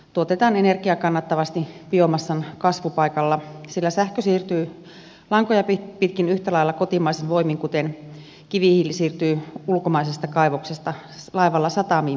tuotetaan energiaa kannattavasti biomassan kasvupaikalla sillä sähkö siirtyy lankoja pitkin yhtä lailla kotimaisin voimin kuten kivihiili siirtyy ulkomaisesta kaivoksesta laivalla satamiimme